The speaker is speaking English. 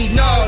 no